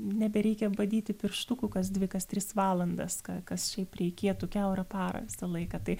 nebereikia badyti pirštukų kas dvi kas tris valandas ka kas šiaip reikėtų kiaurą parą visą laiką tai